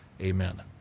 Amen